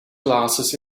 glasses